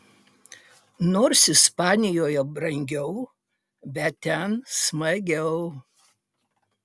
nors ispanijoje brangiau bet ten smagiau